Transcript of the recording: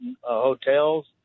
hotels